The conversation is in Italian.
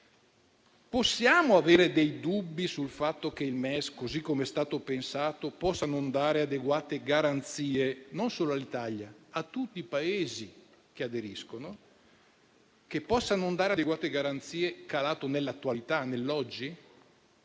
Possiamo avere dei dubbi sul fatto che il MES, così come è stato pensato, possa non dare adeguate garanzie non solo all'Italia, ma a tutti i Paesi che aderiscono, e che possa non dare adeguate garanzie calato nell'attualità, nell'oggi?